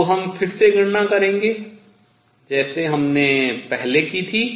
तो हम फिर से गणना करेंगे जैसे हमने पहले की थी